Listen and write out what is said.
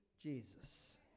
Jesus